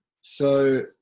So-